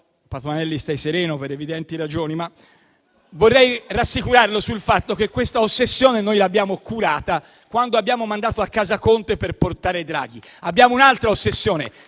Patuanelli di stare sereno per evidenti ragioni, ma vorrei rassicurarlo sul fatto che questa ossessione noi l'abbiamo curata quando abbiamo mandato a casa Conte per portare Draghi. Abbiamo un'altra ossessione: